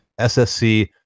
SSC